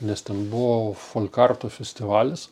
nes ten buvo folkarto festivalis